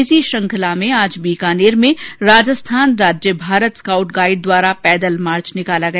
इसी श्रृंखला में आज बीकानेर में राजस्थान राज्य भारत स्कॉउट गाइड द्वारा पैदल मार्च निकाला गया